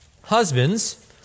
Husbands